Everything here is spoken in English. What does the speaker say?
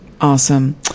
awesome